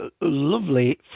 lovely